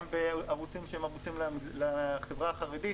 גם בערוצים של החברה החרדית,